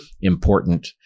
important